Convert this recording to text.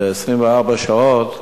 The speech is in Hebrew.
ב-24 שעות.